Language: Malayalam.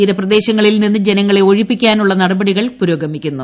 തീരപ്രദേശങ്ങളിൽ നിന്ന് ജനങ്ങളെ ഒഴിപ്പിക്കാനുള്ള നട്പടികൾ പുരോഗമിക്കുന്നു